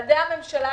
משרדי הממשלה,